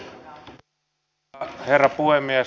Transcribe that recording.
arvoisa herra puhemies